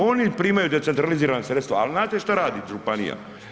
Oni primaju decentralizirana sredstva, ali znate što radi županija?